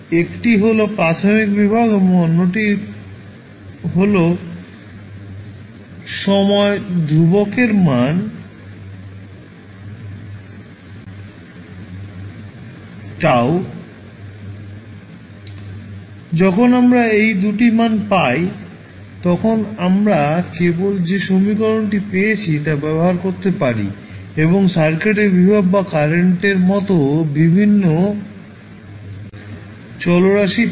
একটি হল প্রাথমিক ভোল্টেজ এবং অন্যটি হল সময় ধ্রুবকের মান τ যখন আমরা এই দুটি মান পাই তখন আমরা কেবল যে সমীকরণটি পেয়েছি তা ব্যবহার করতে পারি এবং সার্কিটের ভোল্টেজ বা কারেন্টের মতো বিভিন্ন চলরাশি পাই